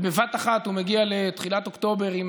ובבת-אחת הוא מגיע לתחילת אוקטובר עם